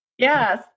Yes